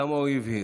למה הוא הבהיר?